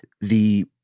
the-